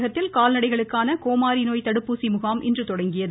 தமிழகத்தில் கால்நடைகளுக்கான கோமாரிநோய் தடுப்பூசி முகாம் இன்று தொடங்கியது